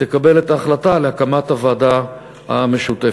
תקבל את ההחלטה על הקמת הוועדה המשותפת.